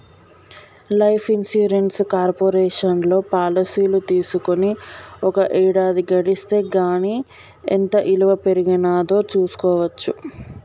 life insurance కార్పొరేషన్లో పాలసీలు తీసుకొని ఒక ఏడాది గడిస్తే గానీ ఎంత ఇలువ పెరిగినాదో చూస్కోవచ్చు